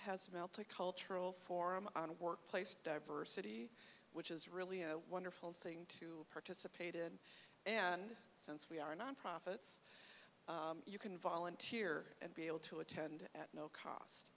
has melted cultural forum on workplace diversity which is really a wonderful thing or dissipated and since we are nonprofits you can volunteer and be able to attend at no cost